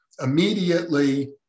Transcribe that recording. immediately